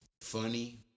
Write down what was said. funny